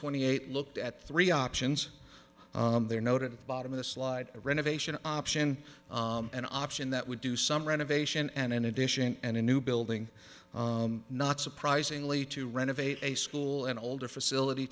twenty eight looked at three options there noted bottom of the slide renovation option an option that would do some renovation and in addition and a new building not surprisingly to renovate a school an older facility